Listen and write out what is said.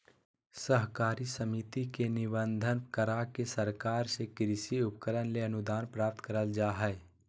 सहकारी समिति के निबंधन, करा के सरकार से कृषि उपकरण ले अनुदान प्राप्त करल जा हई